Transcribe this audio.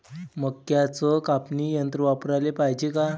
मक्क्याचं कापनी यंत्र वापराले पायजे का?